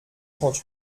trente